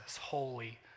holy